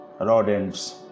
rodents